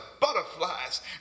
butterflies